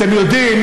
אתם יודעים,